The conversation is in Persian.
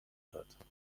داد